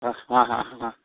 ಓಹ್ ಹಾಂ ಹಾಂ ಹಾಂ